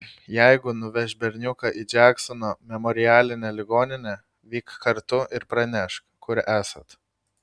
jeigu nuveš berniuką į džeksono memorialinę ligoninę vyk kartu ir pranešk kur esat